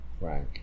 Right